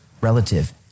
relative